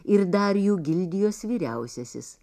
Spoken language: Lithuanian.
ir dar jų gildijos vyriausiasis